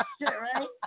right